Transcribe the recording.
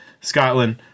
Scotland